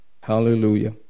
Hallelujah